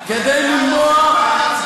כדי למנוע,